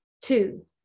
two